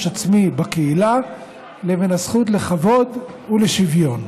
עצמי בקהילה לבין הזכות לכבוד ולשוויון.